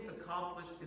accomplished